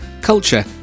culture